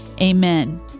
Amen